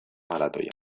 maratoian